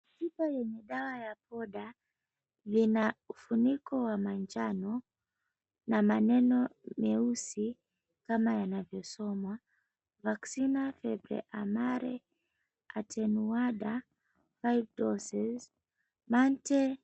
Chupa yenye dawa ya poda lina ufuniko wa manjano na maneno meusi kama yanavyosomwa, "Vacina Febre Amarela (Atenuada) 5 Doses, Manter."